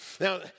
Now